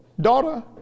Daughter